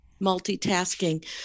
multitasking